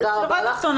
בשורה התחתונה